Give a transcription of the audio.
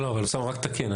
אוסאמה, רק לתקן.